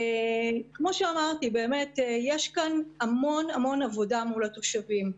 כמו שאמרתי, יש כאן המון עבודה מול התושבים.